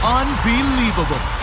unbelievable